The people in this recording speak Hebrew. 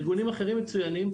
ארגונים אחרים מצוינים,